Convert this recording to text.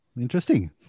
Interesting